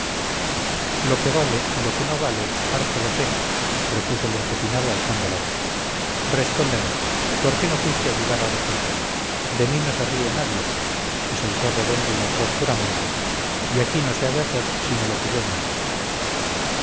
lo que vale y lo que no vale harto lo sé repuso el empecinado alzando la voz respóndeme por qué no fuiste a ayudar a orejitas de mí no se ríe nadie y soltó redondo un atroz juramento y aquí no se ha de hacer sino lo que yo mando